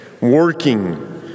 Working